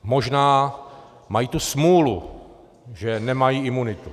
Možná mají tu smůlu, že nemají imunitu.